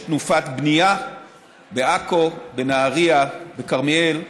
יש תנופת בנייה בעכו, בנהריה, בכרמיאל,